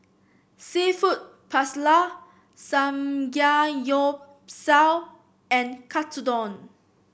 seafood Paella Samgeyopsal and Katsudon